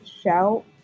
Shout